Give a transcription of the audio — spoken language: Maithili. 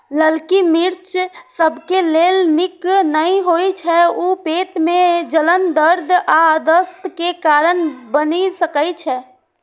ललकी मिर्च सबके लेल नीक नै होइ छै, ऊ पेट मे जलन, दर्द आ दस्त के कारण बनि सकै छै